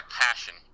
passion